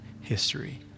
history